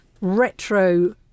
retro